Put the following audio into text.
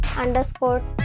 underscore